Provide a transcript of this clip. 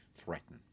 threaten